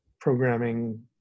programming